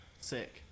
Sick